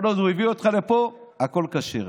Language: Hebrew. כל עד הוא הביא אותך לפה, הכול כשר.